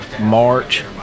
March